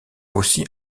aussi